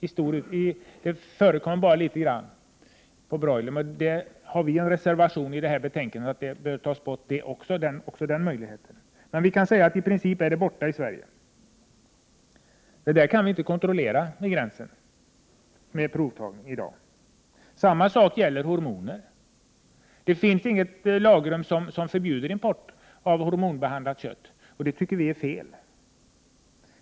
Antibiotika förekommer här endast i liten utsträckning, t.ex. när det gäller broiler. I en reservation som är fogad till detta betänkande säger vi att även denna möjlighet bör tas bort. I princip kan man dock säga att antibiotika inte används i Sverige. Vi kan inte i dag genom provtagning vid gränsen kontrollera om antibiotika har använts. Samma sak gäller hormoner. Det finns inget lagrum som förbjuder import av hormonbehandlat kött, och det tycker vi är fel.